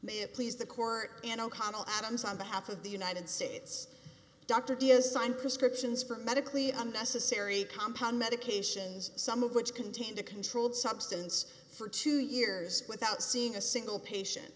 it please the court and o'connell adams on behalf of the united states dr d assigned prescriptions for medically unnecessary compound medications some of which contained a controlled substance for two years without seeing a single patient